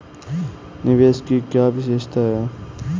निवेश की क्या विशेषता है?